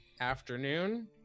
afternoon